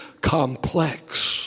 complex